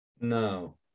No